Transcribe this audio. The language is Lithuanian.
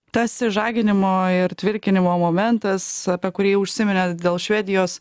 tas išžaginimo ir tvirkinimo momentas apie kurį užsiminėt dėl švedijos